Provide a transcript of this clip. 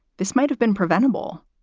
this might have been preventable.